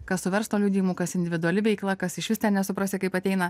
kas su verslo liudijimu kas individuali veikla kas išvis ten nesuprasi kaip ateina